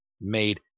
made